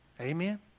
Amen